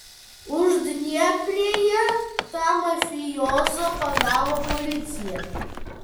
uždnieprėje tą mafijozą pagavo policija